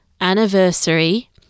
anniversary